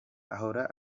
ahora